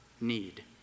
need